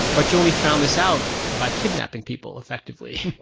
but you only found this out by kidnapping people, effectively.